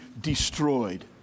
destroyed